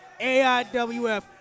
AIWF